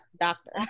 doctor